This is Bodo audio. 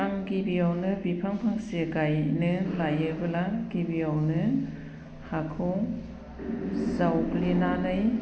आं गिबियावनो बिफां फांसे गायनो लायोबोला गिबियावनो हाखौ जावग्लिनानै